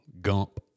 Gump